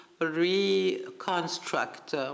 reconstruct